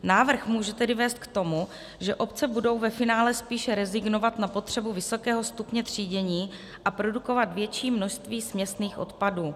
Návrh může tedy vést k tomu, že obce budou ve finále spíše rezignovat na potřebu vysokého stupně třídění a produkovat větší množství směsných odpadů.